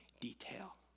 detail